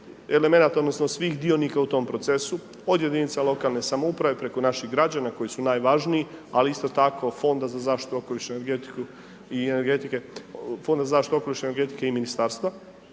elemenata, odnosno svih dionika u tom procesu, od jedinica lokalne samouprave preko naših građana koji su najvažniji, ali isto tako fonda za zaštitu okoliša i energetike i ministarstva.